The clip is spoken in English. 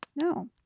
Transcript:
No